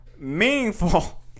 meaningful